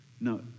No